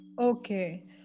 Okay